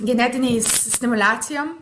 genetiniais stimuliacijom